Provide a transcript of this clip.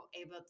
able